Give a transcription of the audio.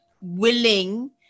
willing